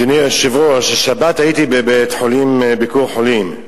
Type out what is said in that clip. היושב-ראש, השבת הייתי בבית-החולים "ביקור חולים",